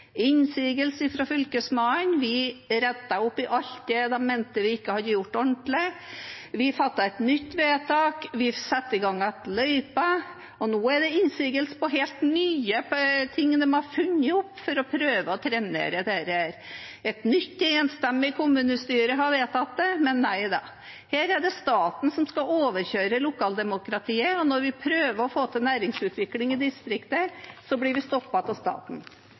fra Fylkesmannen. Vi rettet opp i alt det de mente vi ikke hadde gjort ordentlig. Vi fattet et nytt vedtak, vi satte i gang igjen løypa, og nå er det innsigelse på helt nye ting de har funnet opp for å prøve å trenere dette. Et nytt enstemmig kommunestyre har vedtatt det. Men nei da, her er det staten som skal overkjøre lokaldemokratiet, og når vi prøver å få til næringsutvikling i distriktet, blir vi stoppet av staten.